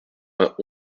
vingt